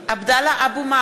(קוראת בשמות חברי הכנסת) עבדאללה אבו מערוף,